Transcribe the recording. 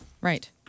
Right